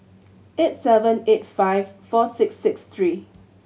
eight seven eight five four six six three